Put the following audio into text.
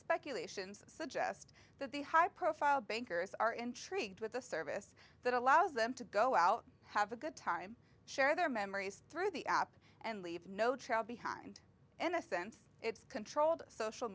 speculations suggest that the high profile bankers are intrigued with the service that allows them to go out have a good time share their memories through the app and leave no child behind in a sense it's controlled social